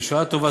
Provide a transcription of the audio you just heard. בשעה טובה,